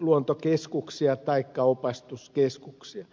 luontokeskuksia taikka opastuskeskuksia